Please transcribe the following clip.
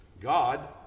God